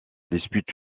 dispute